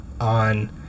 on